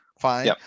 fine